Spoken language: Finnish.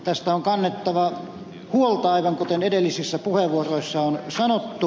näistä on kannettava huolta aivan kuten edellisissä puheenvuoroissa on sanottu